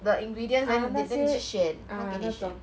the ingredients then then 你去选他给你选